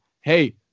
hey